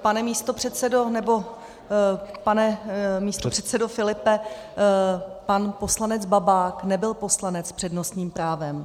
Pane místopředsedo, nebo pane místopředsedo Filipe, pan poslanec Babák nebyl poslanec s přednostním právem.